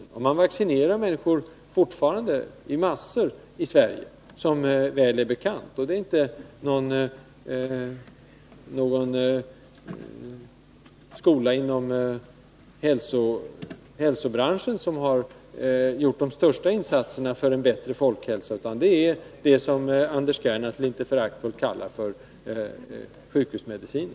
Och fortfarande vaccineras massor av människor i Sverige varje år. De största insatserna för bättre folkhälsa har inte gjorts av någon skola inom hälsobranschen utan av det som Anders Gernandt så föraktfullt kallar för sjukhusmedicinen.